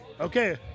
Okay